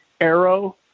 arrow